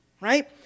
Right